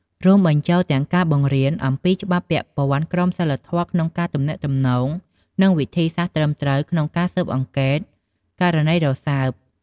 រួមបញ្ចូលទាំងការបង្រៀនអំពីច្បាប់ពាក់ព័ន្ធ ក្រមសីលធម៌ក្នុងការទំនាក់ទំនង និងវិធីសាស្រ្តត្រឹមត្រូវក្នុងការស៊ើបអង្កេតករណីរសើប។